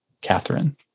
Catherine